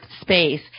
space